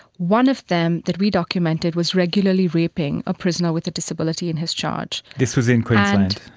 one of them that we documented was regularly raping a prisoner with a disability in his charge. this was in queensland?